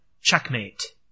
checkmate